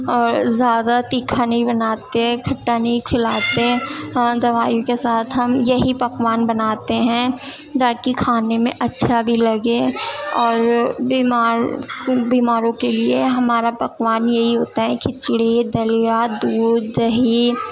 اور زیا دہ تیکھا نہیں بناتے کھٹا نہیں کھلاتے ہاں دوائی کے ساتھ ہم یہی پکوان بناتے ہیں تاکہ کھانے میں اچھا بھی لگے اور بیمار کو بیماروں کے لیے ہمارا پکوان یہی ہوتا ہے کھچڑی دلیہ دودھ دہی